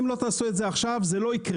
אם לא תעשו את זה עכשיו זה לא יקרה.